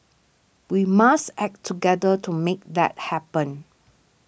we must act together to make that happen